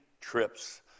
trips